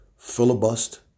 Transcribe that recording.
filibust